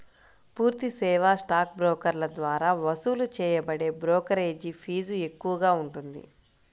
పూర్తి సేవా స్టాక్ బ్రోకర్ల ద్వారా వసూలు చేయబడే బ్రోకరేజీ ఫీజు ఎక్కువగా ఉంటుంది